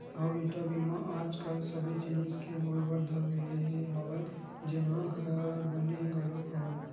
हव बेटा बीमा आज कल सबे जिनिस के होय बर धर ले हवय जेनहा बने घलोक हवय